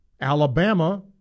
Alabama